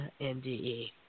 NDE